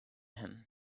him